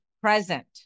present